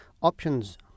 options